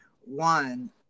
one